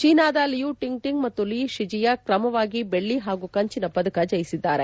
ಚೀನಾದ Liu Tingting ಮತ್ತು Li Shijia ಕ್ರಮವಾಗಿ ಬೆಳ್ಟಿ ಮತ್ತು ಕಂಚಿನ ಪದಕ ಜಯಿಸಿದ್ದಾರೆ